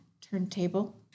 turntable